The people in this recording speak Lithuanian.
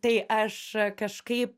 tai aš kažkaip